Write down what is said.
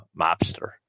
mobster